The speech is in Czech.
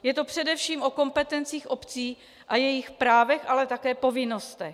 Je to především o kompetencích obcí a jejich právech, ale také povinnostech.